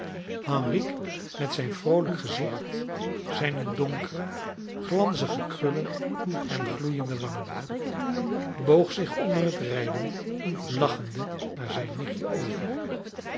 henrique met zijn vroolijk gezicht zijne donkere glanzige krullen en gloeiende wangen boog zich onder het rijden lachende naar zijn nichtje over